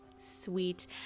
Sweet